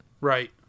Right